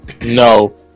No